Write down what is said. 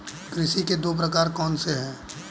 कृषि के दो प्रकार कौन से हैं?